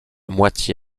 moitié